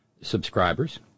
subscribers